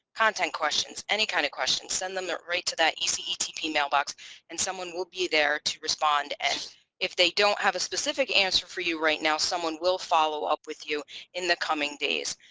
content questions, any kind of questions send them there right to that ece tp mailbox and someone will be there to respond and if they don't have a specific answer for you right now someone will follow up with you in the coming days.